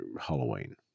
Halloween